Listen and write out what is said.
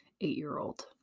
eight-year-old